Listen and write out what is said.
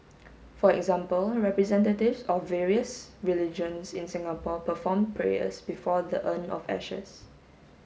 for example representatives of various religions in Singapore performed prayers before the urn of ashes